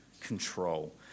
control